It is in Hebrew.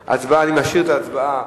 אחריו, שר הרווחה,